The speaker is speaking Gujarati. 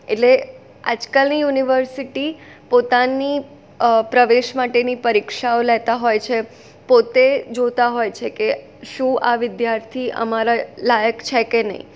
એટલે આજકાલની યુનિવર્સિટી પોતાની પ્રવેશ માટેની પરીક્ષાઓ લેતા હોય છે પોતે જોતા હોય છે કે શું આ વિદ્યાર્થી અમારા લાયક છે કે નહીં